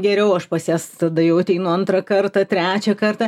geriau aš pas jas tada jau ateinu antrą kartą trečią kartą